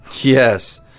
Yes